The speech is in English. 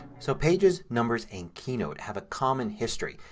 so pages, numbers, and keynote have a common history.